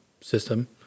system